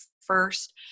first